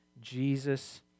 Jesus